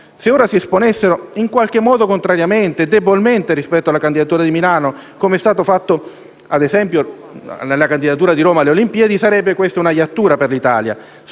Se ora si esprimesse in qualche modo contrariamente e debolmente rispetto alla candidatura di Milano, com'è stato fatto ad esempio nel caso della candidatura di Roma alle olimpiadi, questa sarebbe una iattura per l'Italia.